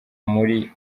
muri